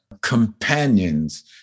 companions